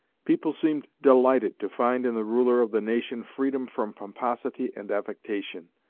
people seemed delighted to find in the ruler of the nation freedom from pomposity and affectation,